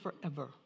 forever